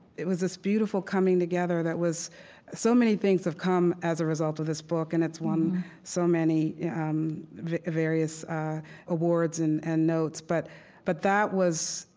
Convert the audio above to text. it was this beautiful coming together that was so many things have come as a result of this book, and it's won so many um various awards and and notes, but but that was,